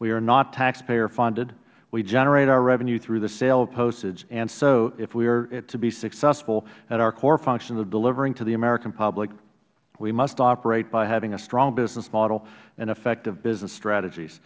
we are not taxpayer funded we generate our revenue through the sale of postage and so if we are to be successful at our core function of delivering to the american public we must operate by having a strong business model and effective business strategies